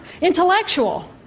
intellectual